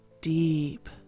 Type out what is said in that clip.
deep